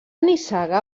nissaga